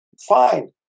Fine